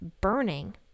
burning